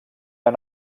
han